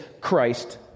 Christ